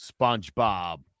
SpongeBob